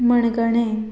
मणगणें